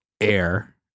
air